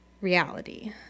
reality